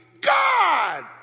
God